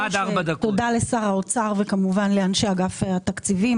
תודה לשר האוצר ולאנשי אגף התקציבים.